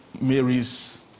Mary's